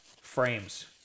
frames